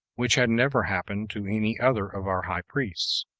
which had never happened to any other of our high priests.